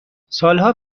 سالها